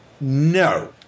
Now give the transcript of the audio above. No